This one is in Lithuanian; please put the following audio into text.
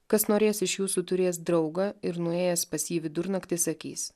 kas norės iš jūsų turės draugą ir nuėjęs pas jį vidurnaktį sakys